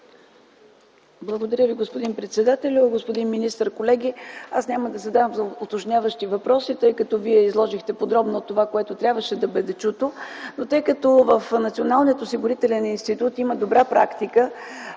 Благодаря Ви, господин председател. Господин министър, колеги! Аз няма да задавам уточняващи въпроси, тъй като Вие изложихте подробно това, което трябваше да бъде чуто. Но тъй като в Националния осигурителен институт има добра практика